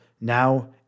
now